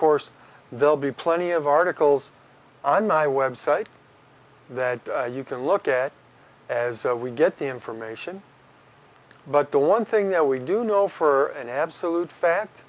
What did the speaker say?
course there'll be plenty of articles on my website that you can look at as we get the information but the one thing that we do know for an absolute fa